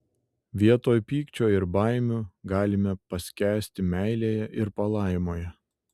vietoj pykčio ir baimių galime paskęsti meilėje ir palaimoje